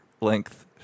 length